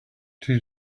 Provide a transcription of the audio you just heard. two